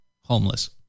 homeless